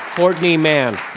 courtney mam.